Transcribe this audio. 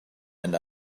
and